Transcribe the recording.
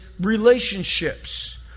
relationships